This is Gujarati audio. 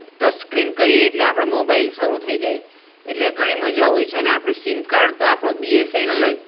ટચસ્ક્રિન કરીએ એટલે આપણો મોબાઈલ શરૂ થઈ જાય એટલે ઘણી મઝા હોય છે ને અને આપણે સીમ કાર્ડ તો આપણો બીએસેનેલ જ